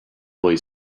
boy